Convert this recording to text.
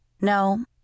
No